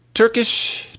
turkish,